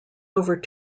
over